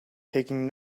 taking